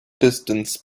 distance